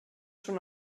schon